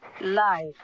life